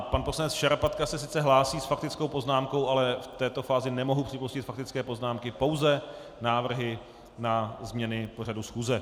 Pan poslanec Šarapatka se sice hlásí s faktickou poznámkou, ale v této fázi nemohu připustit faktické poznámky, pouze návrhy na změny pořadu schůze.